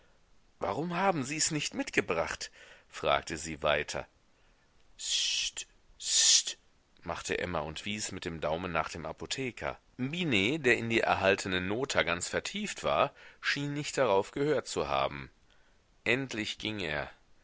warum haben sies nicht mitgebracht fragte sie weiter sst sst machte emma und wies mit dem daumen nach dem apotheker binet der in die erhaltene nota ganz vertieft war schien nicht darauf gehört zu haben endlich ging er